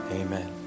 Amen